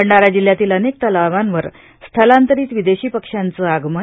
भंडारा जिल्ह्यातील अनेक तलावांवर स्थलांतरित विदेशी पक्षांचे आगमन